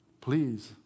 Please